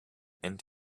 and